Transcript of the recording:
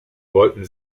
wollten